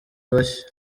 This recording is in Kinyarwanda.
bashya